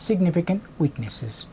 significant weaknesses